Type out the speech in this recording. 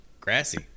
grassy